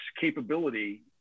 capability